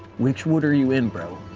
which wood are you in, bro?